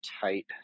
tight